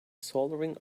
soldering